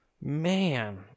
man